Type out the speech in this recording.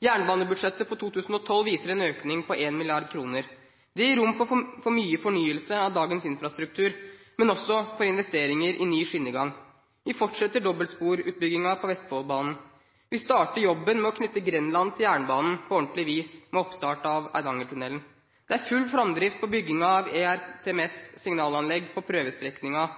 Jernbanebudsjettet for 2012 viser en økning på 1 mrd. kr. Det gir rom for mye fornyelse av dagens infrastruktur, men også for investeringer i ny skinnegang. Vi fortsetter dobbeltsporutbyggingen på Vestfoldbanen. Vi starter jobben med å knytte Grenland til jernbanen på ordentlig vis, med oppstart av Eidangertunnelen. Det er full framdrift på byggingen av ERTMS-signalanlegg på